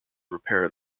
repair